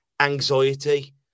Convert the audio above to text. anxiety